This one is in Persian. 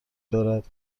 دارد